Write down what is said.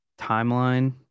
timeline